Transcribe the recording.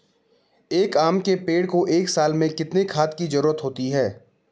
एक आम के पेड़ को एक साल में कितने खाद की जरूरत होती है?